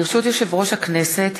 ברשות יושב-ראש הכנסת,